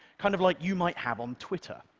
kind of like you might have on twitter.